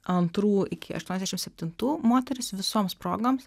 antrų iki aštuoniasdešim septintų moteris visoms progoms